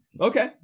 Okay